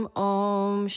om